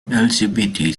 lgbt